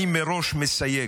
אני מראש מסייג,